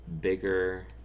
bigger